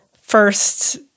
first